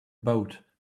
boat